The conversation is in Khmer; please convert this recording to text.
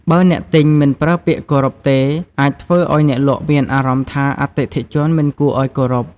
បើអ្នកទិញមិនប្រើពាក្យគោរពទេ អាចធ្វើឲ្យអ្នកលក់មានអារម្មណ៍ថាអតិថិជនមិនគួរឲ្យគោរព។